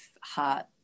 heart